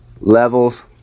levels